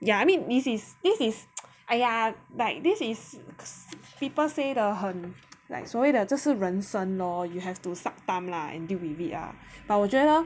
ya I mean this is this is !aiya! like this is people say 的很 like 所以这是人生 lor you have to suck thumb lah and deal with it ah but 我觉得